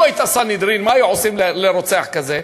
לו הייתה סנהדרין, מה היו עושים לרוצח כזה?